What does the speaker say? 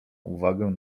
uwagę